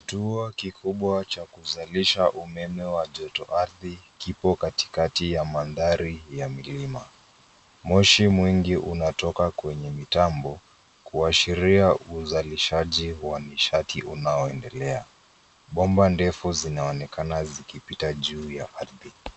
Kituo kikubwa cha kuzalisha umeme wa joto ardhi kipo katikati ya mandhari ya milima. Moshi mwingi unatoka kwenye mitambo kuashiria uzalishaji wa nishati unaoendelea. Bomba ndefu zinaonekana zikipita juu ya ardhi.